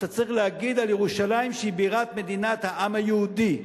אתה צריך להגיד על ירושלים שהיא בירת מדינת העם היהודי,